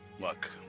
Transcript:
luck